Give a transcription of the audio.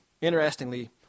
Interestingly